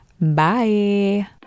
Bye